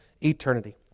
eternity